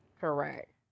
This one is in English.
Correct